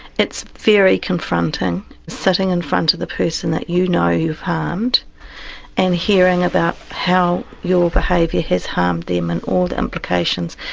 it's very confronting, sitting in front of the person that you know you've harmed and hearing about how your behaviour has harmed them and all the implications,